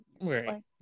Right